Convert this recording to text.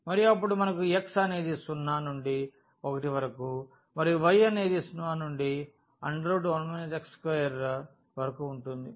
మరియు అప్పుడు మనకు x అనేది 0 నుండి 1 వరకు మరియు y అనేది 0 నుండి 1 x2 వరకు ఉంటుంది